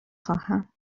خواهم